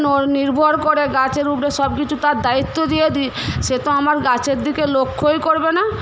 নির্ভর করে গাছের উপরে সব কিছু তার দায়িত্ব দিয়ে দিই সে তো আমার গাছের দিকে লক্ষ্যই করবে না